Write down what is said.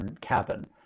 cabin